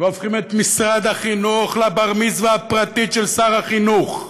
והופכים את משרד החינוך לבר המצווה הפרטית של שר החינוך.